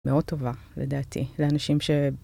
מאוד טובה, לדעתי, לאנשים ש...